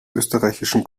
österreichischen